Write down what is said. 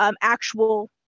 actual